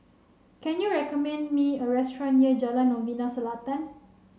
can you recommend me a restaurant near Jalan Novena Selatan